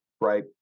Right